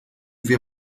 wir